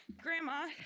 Grandma